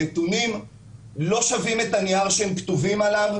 הנתונים לא שווים את הנייר עליו הם כתובים.